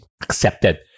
accepted